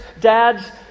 dads